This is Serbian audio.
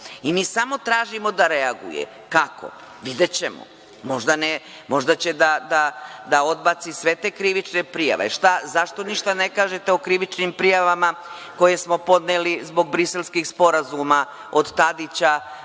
Mi samo tražimo da reaguje. Kako? Videćemo, možda će da odbaci sve te krivične prijave. Zašto ništa ne kažete o krivičnim prijavama koje smo podneli zbog briselskih sporazuma, od Tadića